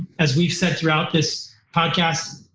as we've said throughout this podcast,